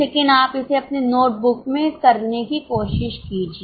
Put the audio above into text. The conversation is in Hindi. लेकिन आप इसे अपनी नोट बुक में करने की कोशिश कीजिए